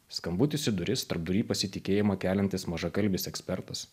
skambutis į duris tarpduryje pasitikėjimą keliantis mažakalbis ekspertas